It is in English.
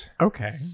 okay